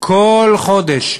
כל חודש,